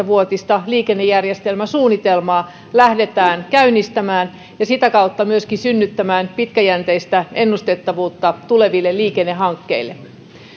vuotista liikennejärjestelmäsuunnitelmaa lähdetään käynnistämään ja sitä kautta myöskin synnyttämään pitkäjänteistä ennustettavuutta tuleville liikennehankkeille